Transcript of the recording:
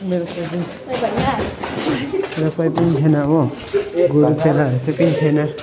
मेरो कोही मेरो कोही पनि छैन हो गुरु चेलाहरू कोही पनि छैन